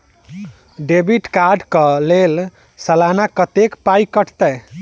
Debit card कऽ लेल सलाना कत्तेक पाई कटतै?